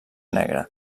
negre